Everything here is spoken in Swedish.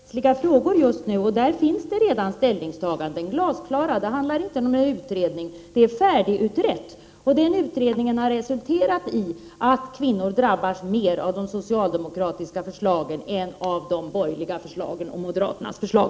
Herr talman! Nej, men vi diskuterar i huvudsak rättsliga frågor just nu. Det finns redan glasklara ställningstaganden. Det handlar alltså inte om någon utredning. Det här är färdigutrett. Enligt utredningen drabbas kvinnor mera av de socialdemokratiska förslagen än av de borgerliga — framför allt gäller det då moderaternas förslag.